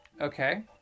Okay